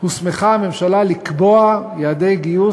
על כך הוסמכה הממשלה לקבוע יעדי גיוס